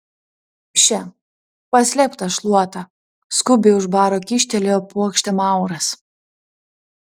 še paslėpk tą šluotą skubiai už baro kyštelėjo puokštę mauras